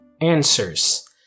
Answers